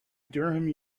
durham